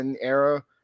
era